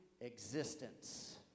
existence